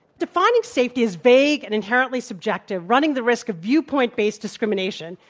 defining safety is vague and inherently subjective running the risk of viewpoint-based discrimination.